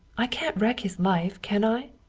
i can't wreck his life, can i?